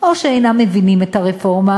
או שהם אינם מבינים את הרפורמה,